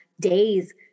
days